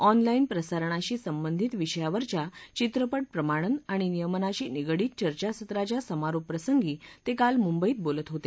online प्रसारणाशी संबंधित विषयावरच्या चित्रपट प्रमाणन आणि नियमनाशी निगडीत चर्चासत्राच्या समारोप प्रसंगी ते काल मुंबईत बोलत होते